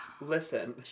Listen